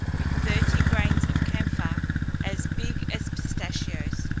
with thirty grains of camphire as big as pistachios.